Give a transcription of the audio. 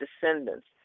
descendants